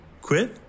quit